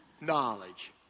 knowledge